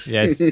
Yes